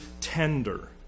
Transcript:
tender